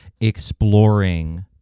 exploring